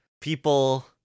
people